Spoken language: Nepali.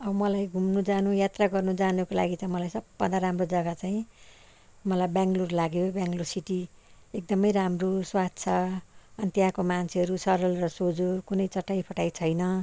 अब मलाई घुम्नु जानु यात्रा गर्नु जानुको लागि त मलाई सब भन्दा राम्रो जग्गा चाहिँ मलाई बेङ्गलोर लाग्यो बेङ्गलोर सिटी एकदमै राम्रो स्वच्छ अनि त्यहाँको मान्छेहरू सरल र सोझो कुनै चटाइफटाइ छैन